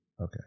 okay